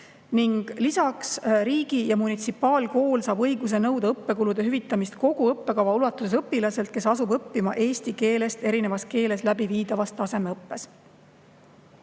Lisaks saab riigi- ja munitsipaalkool õiguse nõuda õppekulude hüvitamist kogu õppekava ulatuses õpilaselt, kes asub õppima eesti keelest erinevas keeles läbiviidavas tasemeõppes.